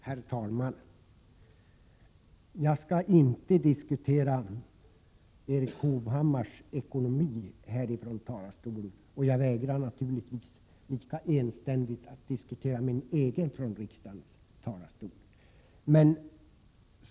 Herr talman! Jag skall inte diskutera Erik Hovhammars ekonomi från denna talarstol. Jag vägrar lika enständigt att diskutera min egen ekonomi här.